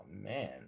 man